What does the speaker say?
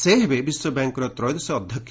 ସେ ହେବେ ବିଶ୍ୱବ୍ୟାଙ୍କର ତ୍ରୟୋଦଶ ଅଧ୍ୟକ୍ଷ